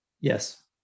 Yes